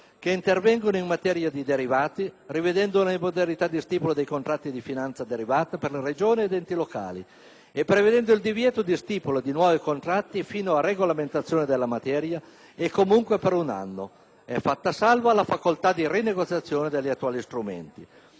che intervengono in materia di derivati, rivedendo le modalità di stipula dei contratti di finanza derivata per le Regioni e gli enti locali e prevedendo il divieto di stipula di nuovi contratti fino a regolamentazione della materia e comunque per un anno. È fatta salva la facoltà di rinegoziazione degli attuali strumenti.